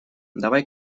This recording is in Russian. давай